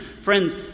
Friends